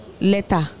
Letter